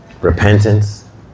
repentance